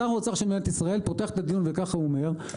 שר האוצר של מדינת ישראל פותח את הדיון וככה הוא אומר,